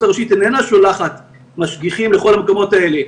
הראשית איננה שולחת משגיחים לכל המקומות האלה,